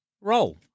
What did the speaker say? roll